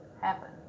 happen